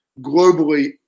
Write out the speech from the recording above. globally